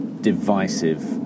divisive